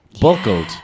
buckled